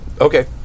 Okay